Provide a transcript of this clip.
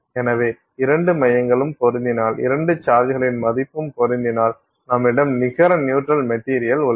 எனவே இரண்டு மையங்களும் பொருந்தினால் இரண்டு சார்ஜ்களின் மதிப்பு பொருந்தினால் நம்மிடம் நிகர நியூட்ரல் மெட்டீரியல் உள்ளது